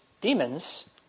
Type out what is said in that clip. demons